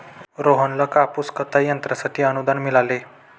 रोहनला कापूस कताई यंत्रासाठी अनुदान मिळाले